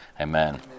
amen